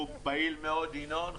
ינון פעיל מאוד.